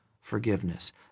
forgiveness